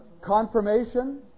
confirmation